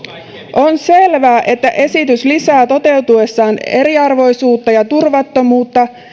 on selvää että esitys lisää toteutuessaan eriarvoisuutta ja turvattomuutta